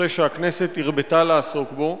נושא שהכנסת הרבתה לעסוק בו,